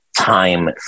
time